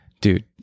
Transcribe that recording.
dude